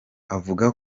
avuga